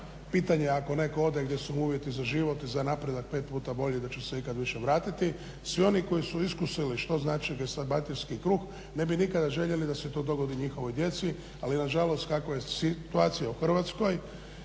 pitanje je ako neko ode gdje su mu uvjeti za život i za napreda 5 puta bolji da će se ikad više vratiti. Svi oni koji su iskusili što znači gastarbajterski kruh ne bi nikada željeli da se to dogodi njihovoj djeci, ali nažalost kakva je situacija u Hrvatskoj,